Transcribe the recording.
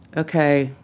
ok.